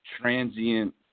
transient